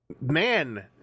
man